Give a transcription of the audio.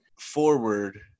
forward